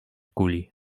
kuli